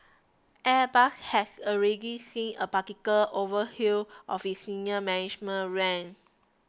airbus has already seen a partial overhaul of its senior management ranks